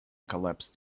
collapsed